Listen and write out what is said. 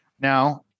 Now